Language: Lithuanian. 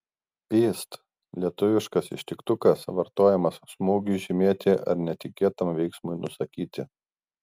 pyst lietuviškas ištiktukas vartojamas smūgiui žymėti ar netikėtam veiksmui nusakyti